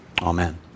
amen